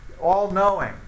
all-knowing